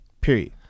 Period